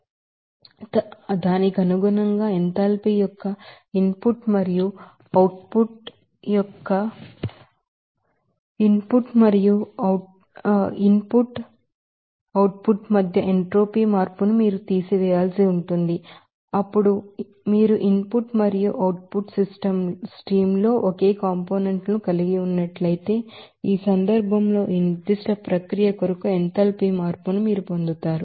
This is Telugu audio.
కాబట్టి తదనుగుణంగా ఎంథాల్పీ యొక్క ఇన్ పుట్ మార్పు మరియు అవుట్ పుట్ యొక్క ఇన్ పుట్ మార్పు మరియు ఈ ఇన్ పుట్ మరియు అవుట్ పుట్ మధ్య ఎంట్రోపీ మార్పును మీరు తీసివేయాల్సి ఉంటుంది అప్పుడు మీరు ఇన్ పుట్ మరియు అవుట్ పుట్ స్ట్రీమ్ ల్లో ఒకే కాంపోనెంట్ లను కలిగి ఉన్నట్లయితే ఈ సందర్భంలో ఈ నిర్ధిష్ట ప్రక్రియ కొరకు ఎంథాల్పీ మార్పును మీరు పొందుతారు